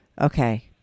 Okay